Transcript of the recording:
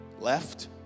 left